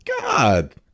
God